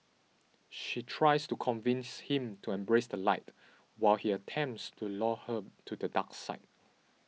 she tries to convince him to embrace the light while he attempts to lure her to the dark side